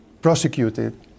prosecuted